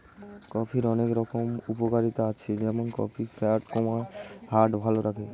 কফির অনেক রকম উপকারিতা আছে যেমন কফি ফ্যাট কমায়, হার্ট ভালো রাখে